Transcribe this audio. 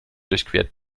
durchquert